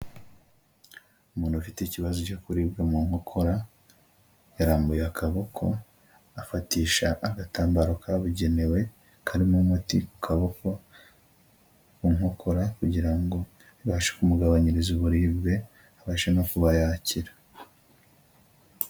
Umuntu ufite ikibazo cyo kuribwa mu nkokora, yarambuye akaboko afatisha agatambaro kabugenewe, karimo umuti wo kaboko, ku nkokora kugira ngo kabashe kumugabanyiriza uburibwe abashe no kuba yakira.